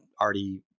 already